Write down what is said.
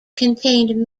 contained